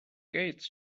gates